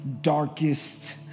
darkest